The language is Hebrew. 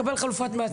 מקבל חלופת מעצר,